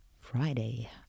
Friday